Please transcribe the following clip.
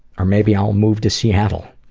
or maybe i'll move to seattle.